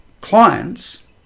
clients